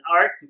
art